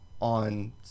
on